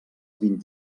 vint